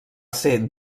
ser